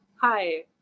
Hi